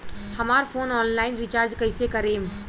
हमार phone online recharge कईसे करेम?